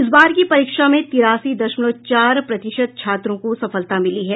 इस बार की परीक्षा में तिरासी दशमलव चार प्रतिशत छात्रों को सफलता मिली है